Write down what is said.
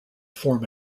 form